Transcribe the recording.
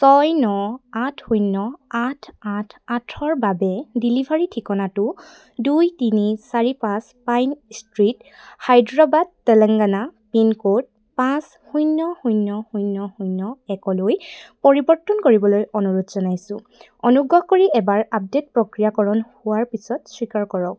ছয় ন আঠ শূন্য আঠ আঠ আঠৰ বাবে ডেলিভাৰী ঠিকনাটো দুই তিনি চাৰি পাঁচ Pine Street Hyderabad Telangana pincode পাঁচ শূন্য শূন্য শূন্য শূন্য একলৈ পৰিৱৰ্তন কৰিবলৈ অনুৰোধ জনাইছোঁ অনুগ্ৰহ কৰি এবাৰ আপডেট প্ৰক্ৰিয়াকৰণ হোৱাৰ পিছত স্বীকাৰ কৰক